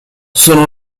sono